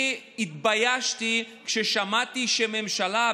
אני התביישתי כששמעתי שהממשלה,